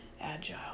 agile